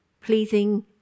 Pleasing